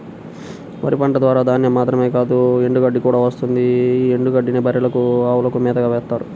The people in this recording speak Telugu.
వరి పంట ద్వారా ధాన్యం మాత్రమే కాదు ఎండుగడ్డి కూడా వస్తుంది యీ ఎండుగడ్డినే బర్రెలకు, అవులకు మేతగా వేత్తారు